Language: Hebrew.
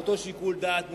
ואותו שיקול דעת,